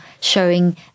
showing